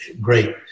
great